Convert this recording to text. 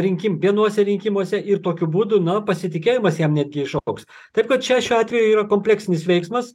rinkim vienuose rinkimuose ir tokiu būdu na pasitikėjimas jam netgi išaugs taip kad čia šiuo atveju yra kompleksinis veiksmas